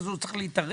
הוא צריך להתערב?